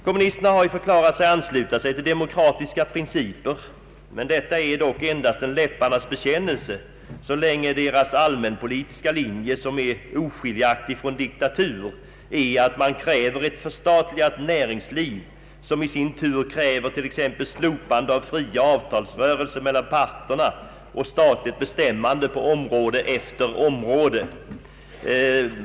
Kommunisterna har ju förklarat att de ansluter sig till demokratiska principer, men detta är endast en läpparnas bekännelse så länge deras allmänpolitiska linje, som är oskiljaktig från diktatur, innebär att de kräver ett förstatligat näringsliv, vilket i sin tur kräver t.ex. slopande av fria avtalsrörelser mellan parterna och statligt bestämmande på område efter område.